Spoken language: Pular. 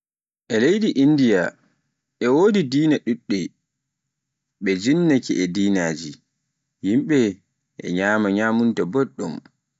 e leydi Indiya e wodi dina ɗuɗɗe, be jinnaake e dinaaji, yimbe e nyama nyamunda boɗɗum.